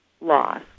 loss